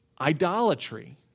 idolatry